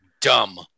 dumb